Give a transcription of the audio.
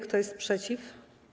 Kto jest przeciw?